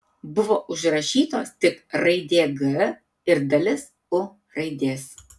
buvo užrašytos tik raidė g ir dalis u raidės